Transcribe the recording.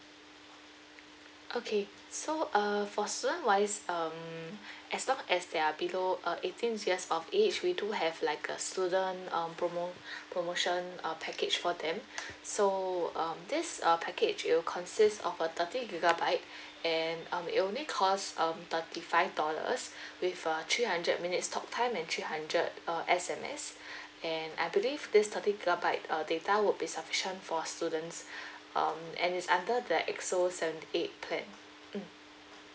okay so uh for student wise um as long as they are below uh eighteen years of age we do have like a student um promo promotion uh package for them so um this uh package will consist of a thirty gigabyte and um it only cost um thirty five dollars with a three hundred minutes talk time and three hundred uh S_M_S and I believe this thirty gigabyte uh data would be sufficient for students um and is under the X O seventy eight plan mm